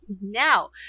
Now